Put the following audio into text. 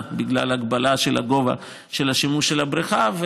בגלל ההגבלה של הגובה בשימוש בבריכה,